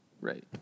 Right